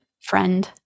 friend